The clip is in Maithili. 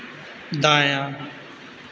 दायाँ